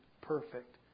perfect